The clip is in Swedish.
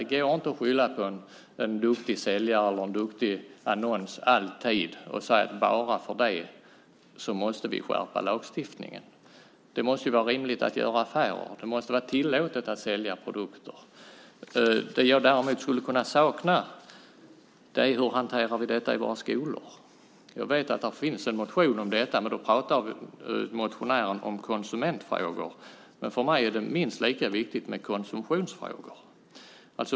Det går inte att skylla på en duktig säljare eller en annons och säga: Bara för det måste vi skärpa lagstiftningen. Det måste vara rimligt att göra affärer. Det måste vara tillåtet att sälja produkter. Det jag däremot kan sakna är frågan om hur vi hanterar detta i våra skolor. Jag vet att det finns en motion om detta, men där pratar motionären om konsumentfrågor. För mig är det minst lika viktigt med konsumtionsfrågor.